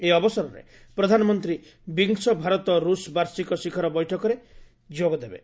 ଏହି ଅବସରରେ ପ୍ରଧାନମନ୍ତୀ ବିଂଶ ଭାରତ ରୁଷ ବାର୍ଷିକ ଶିଖର ବୈଠକରେ ମଧ୍ୟ ଯୋଗଦେବେ